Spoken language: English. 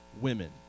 women